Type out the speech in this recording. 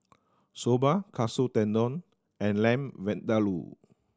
Soba Katsu Tendon and Lamb Vindaloo